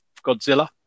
Godzilla